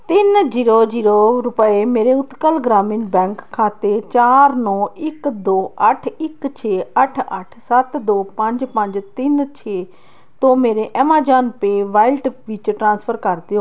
ਤਿੰਨ zero zero ਰੁਪਏ ਮੇਰੇ ਉਤਕਲ ਗ੍ਰਾਮੀਣ ਬੈਂਕ ਖਾਤੇ ਚਾਰ ਨੌਂ ਇੱਕ ਦੋ ਅੱਠ ਇੱਕ ਛੇ ਅੱਠ ਅੱਠ ਸੱਤ ਦੋ ਪੰਜ ਪੰਜ ਤਿੰਨ ਛੇ ਤੋਂ ਮੇਰੇ ਐਮਾਜ਼ਾਨ ਪੇ ਵਾਲਿਟ ਵਿੱਚ ਟ੍ਰਾਂਸਫਰ ਕਰ ਦਿਓ